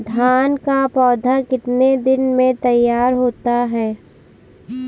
धान का पौधा कितने दिनों में तैयार होता है?